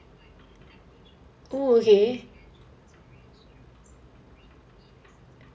oh okay